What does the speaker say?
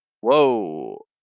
Whoa